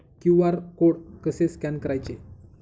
QR code कसे scan करायचे?